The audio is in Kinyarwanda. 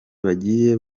bagiye